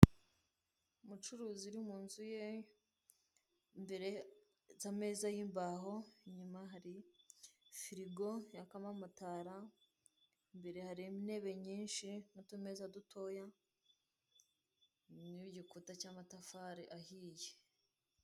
Umucuruzi uri mu nzu ye, imbere ..retse ameza yimbaho inyuma hari firigo yakamo amatara, imbere hari intebe nyinshi n'utumeza dutoya, n'igikuta cy'amatafari ahiye.